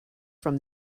from